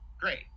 Great